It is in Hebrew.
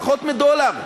פחות מדולר.